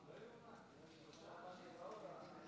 אדוני היושב-ראש, כנסת נכבדה, מכובדיי כולם,